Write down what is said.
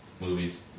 movies